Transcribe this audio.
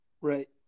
Right